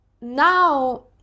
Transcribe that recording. now